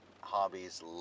hobbies